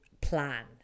plan